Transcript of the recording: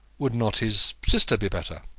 would not his sister be better?